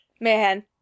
man